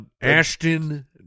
Ashton